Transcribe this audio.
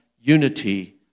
unity